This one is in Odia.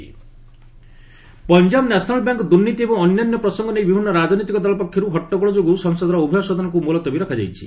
ପାର୍ଲ ଆଡ୍ଜର୍ଣ୍ଣଡ଼୍ ପଞ୍ଜାବ ନ୍ୟାସନାଲ୍ ବ୍ୟାଙ୍କ୍ ଦୁର୍ନୀତି ଏବଂ ଅନ୍ୟାନ୍ୟ ପ୍ରସଙ୍ଗ ନେଇ ବିଭିନ୍ନ ରାଜନୈତିକ ଦଳ ପକ୍ଷରୁ ହଟ୍ଟଗୋଳ ଯୋଗୁଁ ସଂସଦର ଉଭୟ ସଦନକୁ ମୁଲତବୀ ରଖାଯାଇଛି